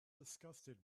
disgusted